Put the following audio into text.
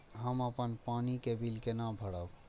हम अपन पानी के बिल केना भरब?